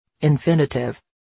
Infinitive